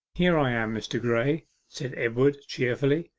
here i am, mr. graye said edward cheerfully.